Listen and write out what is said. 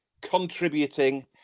contributing